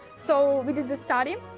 so we did the study.